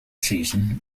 season